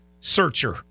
searcher